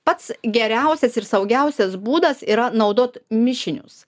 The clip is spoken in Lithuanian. pats geriausias ir saugiausias būdas yra naudot mišinius